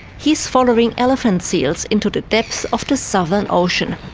he's following elephant seals into the depths of the southern ocean.